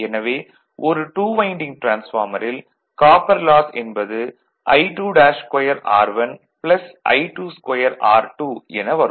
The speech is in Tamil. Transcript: எனவே ஒரு 2 வைண்டிங் டிரான்ஸ்பார்மரில் காப்பர் லாஸ் என்பது I2'2R1 I22R2 என வரும்